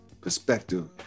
perspective